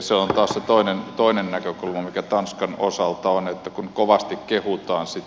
se on taas se toinen näkökulma mikä tanskan osalta on kun kovasti kehutaan sitä